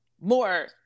more